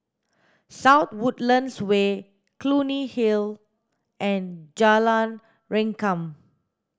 South Woodlands Way Clunny Hill and Jalan Rengkam